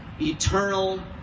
eternal